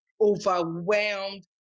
overwhelmed